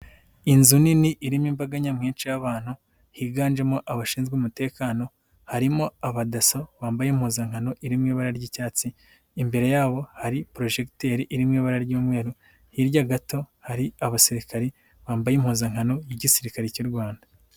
Inzu nini irimo imbaga nyamwinshi y'abantu, higanjemo abashinzwe umutekano harimo abadaso bambaye impuzankano iri mu ibara ry'icyatsi, imbere yabo hari porojegiteri iri mu ibara ry'umweru, hirya gato hari abasirikare bambaye impuzankano y'igisirikare cy'u Rwanda.